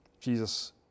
Jesus